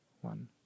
one